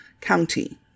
County